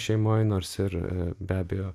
šeimoj nors ir be abejo